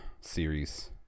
series